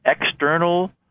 external